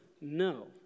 no